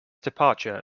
departure